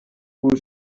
who